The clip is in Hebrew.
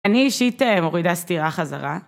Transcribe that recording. אני אישית מורידה סטירה חזרה.